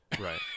Right